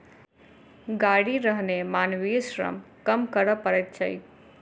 गाड़ी रहने मानवीय श्रम कम करय पड़ैत छै